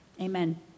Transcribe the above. Amen